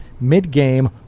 mid-game